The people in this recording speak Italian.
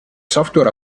software